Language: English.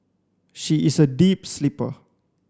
she is a deep sleeper